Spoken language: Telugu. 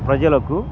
ప్రజలకు